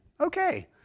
Okay